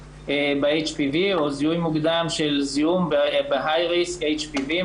ב-HPV או זיהוי מוקדם של זיהום בhigh risk HPV,